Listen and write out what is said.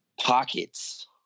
Pockets